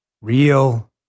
Real